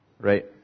Right